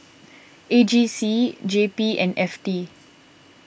A G C J P and F T